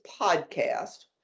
podcast